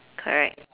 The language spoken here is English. correct